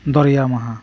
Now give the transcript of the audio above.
ᱫᱚᱨᱭᱟ ᱢᱟᱦᱟ